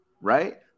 right